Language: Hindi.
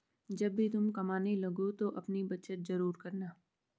जब भी तुम कमाने लगो तो अपनी बचत जरूर करना